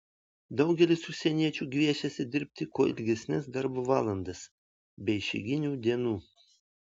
daugelis užsieniečių gviešiasi dirbti kuo ilgesnes darbo valandas be išeiginių dienų